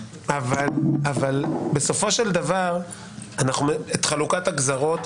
בסופו של דבר את חלוקת הגזרות,